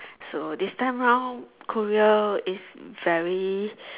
so this time round Korea is very